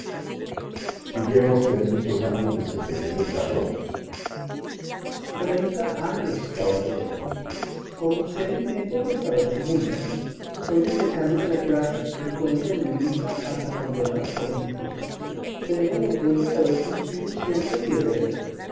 y lleva usted muchos años desempeñando el cargo treinta años caballero comencé en tiempos de isabel ii soy el decano de la clase y cuento en mi lista hasta condenados políticos tengo el orgullo de haber cumplido siempre mi deber